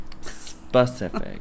Specific